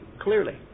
clearly